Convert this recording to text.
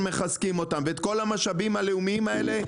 ואת כל המשאבים הלאומיים האלה,